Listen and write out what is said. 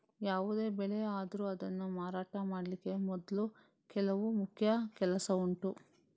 ಯಾವುದೇ ಬೆಳೆ ಆದ್ರೂ ಅದನ್ನ ಮಾರಾಟ ಮಾಡ್ಲಿಕ್ಕೆ ಮೊದ್ಲು ಕೆಲವು ಮುಖ್ಯ ಕೆಲಸ ಉಂಟು